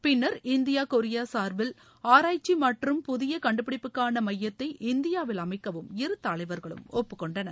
பின்னர் India Korea சார்பில் ஆராய்ச்சி மற்றும் புதிய கண்டுபிடிப்புக்கான மையத்தை இந்தியாவில் அமைக்கவும் இரு தலைவர்களும் ஒப்புக்கொண்டனர்